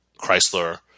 Chrysler